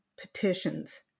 petitions